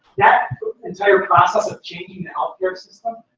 that entire process of changing the healthcare system,